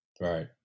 Right